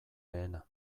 lehena